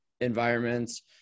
environments